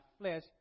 flesh